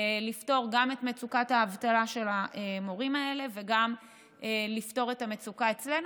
לפתור גם את מצוקת האבטלה של המורים האלה וגם לפתור את המצוקה אצלנו.